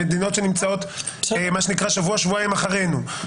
במדינות שנמצאות שבוע-שבועיים אחרינו.